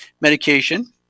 medication